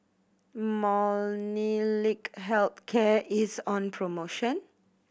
Molnylcke Health Care is on promotion